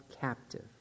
captive